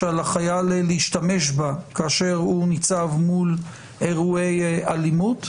שעל החייל להשתמש בה כאשר הוא ניצב מול אירועי אלימות,